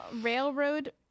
Railroad